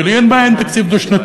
ולי אין בעיה עם תקציב דו-שנתי,